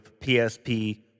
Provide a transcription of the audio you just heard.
PSP